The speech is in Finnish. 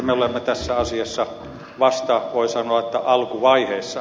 me olemme tässä asiassa vasta voi sanoa alkuvaiheessa